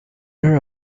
her